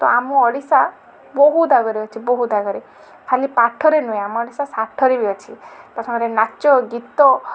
ତ ଆମ ଓଡ଼ିଶା ବହୁତ ଆଗରେ ଅଛି ବହୁତ ଆଗରେ ଖାଲି ପାଠରେ ନୁହେଁ ଆମ ଓଡ଼ିଶା ସାଠରେ ବି ଅଛି ତା ସାଙ୍ଗରେ ନାଚ ଗୀତ